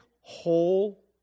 whole